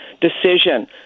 decision